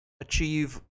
achieve